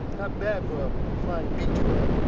not bad for a flying beach rat.